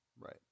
Right